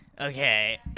okay